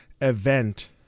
event